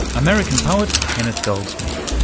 american poet kenneth goldsmith.